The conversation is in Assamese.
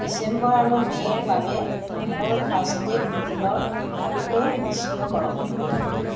ডিচেম্বৰ আৰু মে'ৰ বাবে মোৰ ফাষ্টেগ বিলৰ অটো পে' নিষ্ক্ৰিয় কৰক